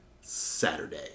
Saturday